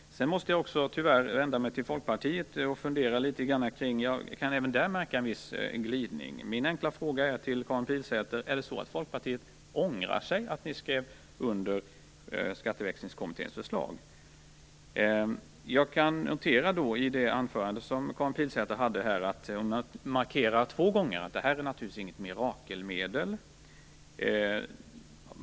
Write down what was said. Sedan måste jag tyvärr också vända mig till Folkpartiet. Jag kan även där märka en viss glidning. Min enkla fråga till Karin Pilsäter är: Ångrar Folkpartiet att ni skrev under Skatteväxlingskommitténs förslag? I det anförande som Karin Pilsäter hade markerade hon två gånger att detta naturligtvis inte är något mirakelmedel.